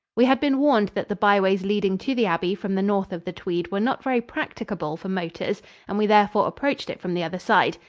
we had been warned that the byways leading to the abbey from the north of the tweed were not very practicable for motors and we therefore approached it from the other side.